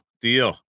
Deal